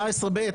דיברנו על 14(ב).